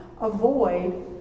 avoid